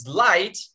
light